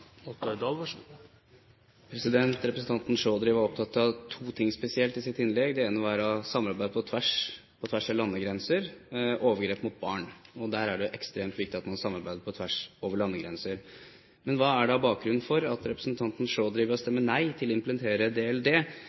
Representanten Chaudhry var opptatt av spesielt to ting i sitt innlegg. Det ene var samarbeid på tvers av landegrenser, overgrep mot barn, og der er det ekstremt viktig at man samarbeider over landegrenser. Men hva er da bakgrunnen for at representanten Chaudhry ved å stemme nei til å implementere